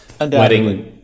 wedding